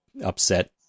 upset